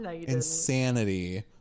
insanity